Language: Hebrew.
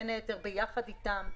בין היתר ביחד איתם,